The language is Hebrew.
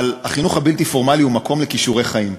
אבל החינוך הבלתי-פורמלי הוא מקום לכישורי חיים.